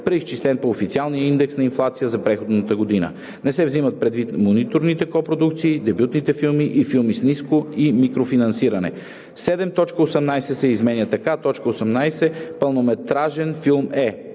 преизчислен по официалния индекс на инфлация за предходната година. Не се взимат предвид миноритарните копродукции, дебютните филми и филмите с ниско и микрофинансиране.“ 7. Точка 18 се изменя така: „18. „Пълнометражен филм“ е: